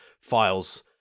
files